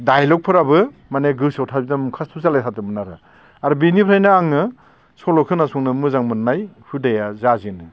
dialogue फोराबो माने गोसोआव थाजोबदों मुखासथ' जालायथारदोंमोन आरो आरो बिनिफ्रायनो आङो सल' खोनासंनो मोजां मोननाय हुदाया जाजेनो